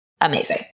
Amazing